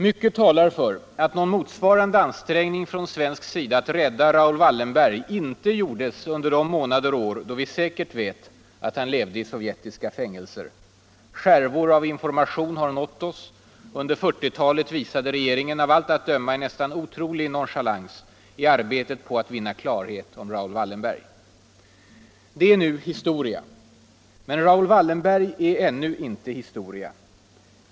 Mycket talar för att någon motsvarande ansträngning från svensk sida att rädda Raoul Wallenberg inte gjordes under de månader och år då vi säkert vet att han levde i sovjetiska fängelser. Skärvor av information har nått oss: under 1940-talet visade regeringen av allt att döma en nästan otrolig nonchalans i arbetet på att vinna klarhet om Raoul Wallenberg. Det är nu historia. Men Raoul Wallenberg är ännu inte historia.